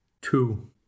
two